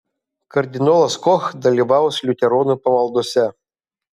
kardinolas koch dalyvaus liuteronų pamaldose